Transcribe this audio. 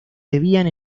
debían